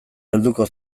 helduko